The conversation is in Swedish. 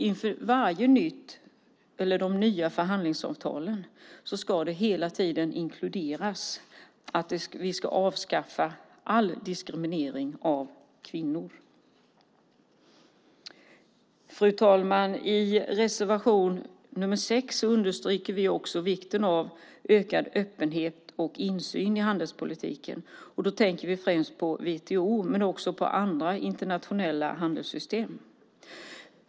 Inför de nya förhandlingsavtalen ska det hela tiden inkluderas att vi ska avskaffa all diskriminering av kvinnor. Fru talman! I reservation nr 6 understryker vi också vikten av ökad öppenhet och insyn i handelspolitiken. Då tänker vi främst på WTO men också på andra internationella handelssystem.